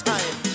Time